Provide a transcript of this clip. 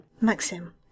Maxim